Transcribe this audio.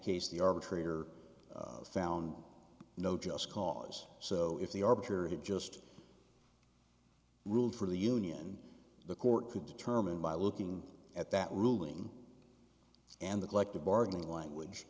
case the arbitrator found no just cause so if the arbiter had just ruled for the union the court could determine by looking at that ruling and the collective bargaining language